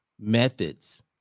methods